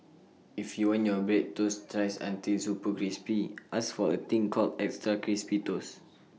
if you want your bread toasted thrice until super crispy ask for A thing called extra crispy toast